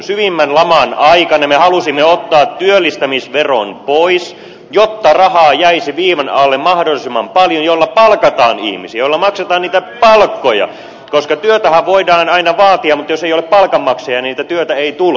syvimmän laman aikana me halusimme ottaa työllistämisveron pois jotta viivan alle jäisi mahdollisimman paljon rahaa jolla palkataan ihmisiä jolla maksetaan niitä palkkoja koska työtähän voidaan aina vaatia mutta jos ei ole palkanmaksajia niin sitä työtä ei tule